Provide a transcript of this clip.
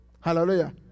Hallelujah